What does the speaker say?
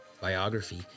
biography